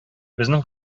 безнең